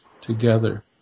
together